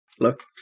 Look